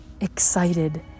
excited